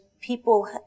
people